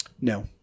No